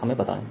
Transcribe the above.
हमें बताएं